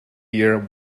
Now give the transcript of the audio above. year